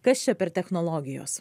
kas čia per technologijos